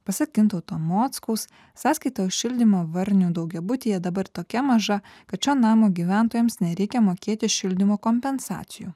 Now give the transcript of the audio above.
pasak gintauto mockaus sąskaitos šildymo varnių daugiabutyje dabar tokia maža kad šio namo gyventojams nereikia mokėti šildymo kompensacijų